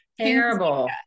terrible